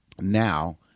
Now